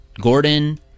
Gordon